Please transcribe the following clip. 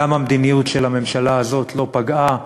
גם המדיניות של הממשלה הזאת לא פגעה,